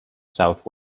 south